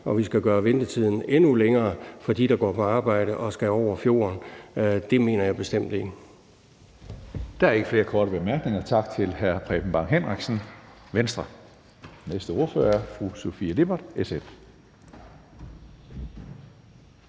at vi skal gøre ventetiden endnu længere for dem, der skal på arbejde og skal over fjorden? Det mener jeg bestemt ikke. Kl. 17:56 Tredje næstformand (Karsten Hønge): Der er ikke flere korte bemærkninger. Tak til hr. Preben Bang Henriksen, Venstre. Næste ordfører er fru Sofie Lippert, SF.